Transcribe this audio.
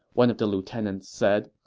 one of the lieutenants said.